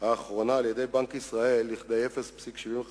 האחרונה על-ידי בנק ישראל לכדי 0.75%,